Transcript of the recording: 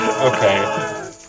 Okay